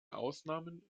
ausnahmen